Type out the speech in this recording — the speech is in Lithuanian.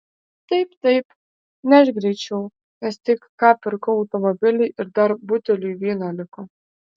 taip taip nešk greičiau nes tik ką pirkau automobilį ir dar buteliui vyno liko